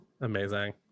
Amazing